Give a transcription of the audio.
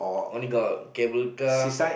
only got cable car